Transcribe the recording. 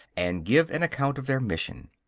and give an account of their mission.